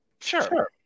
Sure